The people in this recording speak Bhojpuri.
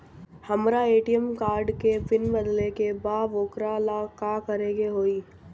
हमरा ए.टी.एम कार्ड के पिन बदले के बा वोकरा ला का करे के होई?